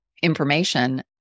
Information